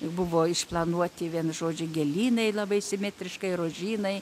buvo išplanuoti vienu žodžiu gėlynai labai simetriškai rožynai